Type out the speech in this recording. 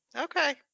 Okay